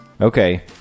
Okay